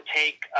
take